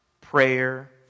prayer